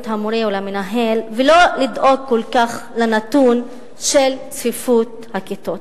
המורה או למנהל ולא לדאוג כל כך לנתון של צפיפות הכיתות.